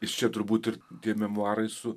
iš čia turbūt ir tie memuarai su